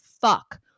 fuck